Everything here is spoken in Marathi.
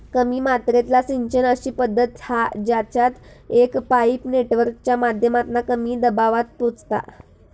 कमी मात्रेतला सिंचन अशी पद्धत हा जेच्यात एक पाईप नेटवर्कच्या माध्यमातना कमी दबावात पोचता